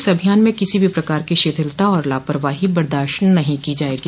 इस अभियान में किसी भी प्रकार की शिथिलता व लापरवाही बर्दाश्त नहीं की जायेगी